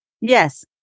Yes